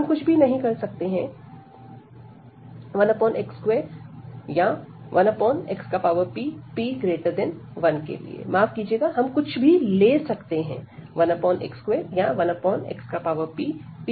हम कुछ भी ले सकते हैं 1x2या1xpp1